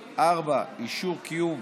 4. אישור קיום